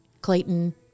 Clayton